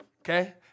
Okay